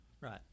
right